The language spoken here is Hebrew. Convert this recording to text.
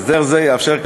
הסדר זה יאפשר,